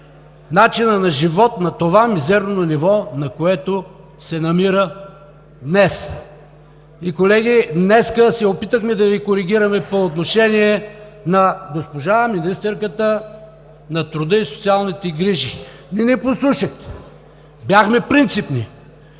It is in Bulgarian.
начина на живот на това мизерно ниво, на което се намира днес. Колеги, днес се опитахме да Ви коригираме по отношение на госпожа министърката на труда и социалните грижи. Не ни послушахте. Бяхме принципни